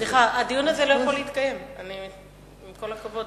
סליחה, הדיון הזה לא יכול להתקיים, עם כל הכבוד.